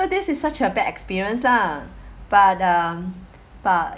so this is such a bad experience lah but um but